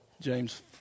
James